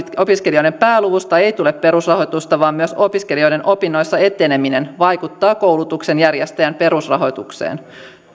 opiskelijoiden pääluvusta ei ei tule perusrahoitusta vaan myös opiskelijoiden opinnoissa eteneminen vaikuttaa koulutuksen järjestäjän perusrahoitukseen